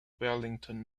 wellington